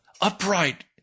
upright